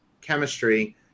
chemistry